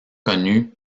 connue